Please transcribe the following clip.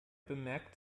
bemerkt